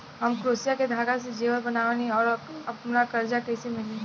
हम क्रोशिया के धागा से जेवर बनावेनी और हमरा कर्जा कइसे मिली?